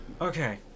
Okay